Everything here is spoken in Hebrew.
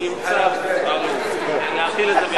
צו אלוף להחיל את זה,